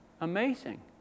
Amazing